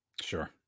sure